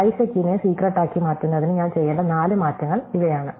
ബൈസെക്റ്റിനെ സീക്രെട്ടാക്കി മാറ്റുന്നതിന് ഞാൻ ചെയ്യേണ്ട നാല് മാറ്റങ്ങൾ ഇവയാണ്